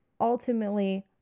ultimately